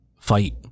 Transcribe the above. fight